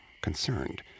concerned